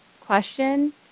question